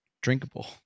drinkable